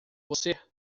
você